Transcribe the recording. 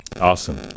Awesome